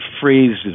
phrases